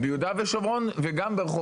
בין גופי ביטחון למדינת